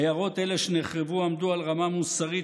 עיירות אלה שנחרבו עמדו על רמה מוסרית,